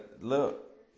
look